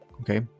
okay